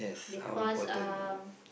because um